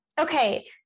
Okay